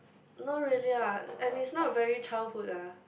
not really lah and it's not very childhood lah